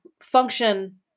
function